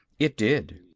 it did.